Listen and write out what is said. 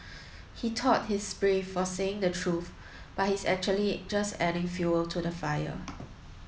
he thought he's brave for saying the truth but he's actually just adding fuel to the fire